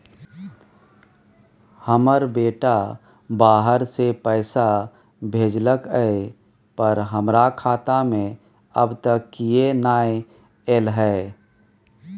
हमर बेटा बाहर से पैसा भेजलक एय पर हमरा खाता में अब तक किये नाय ऐल है?